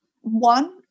one